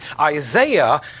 Isaiah